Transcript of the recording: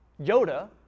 Yoda